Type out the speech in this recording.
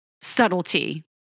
subtlety